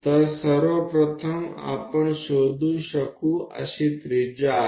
तर सर्वप्रथम आपण शोधू शकू अशी त्रिज्या आहे